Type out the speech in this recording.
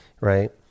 right